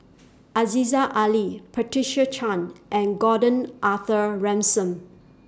Aziza Ali Patricia Chan and Gordon Arthur Ransome